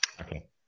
Okay